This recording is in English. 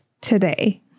today